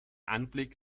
anblick